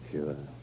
Sure